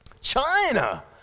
China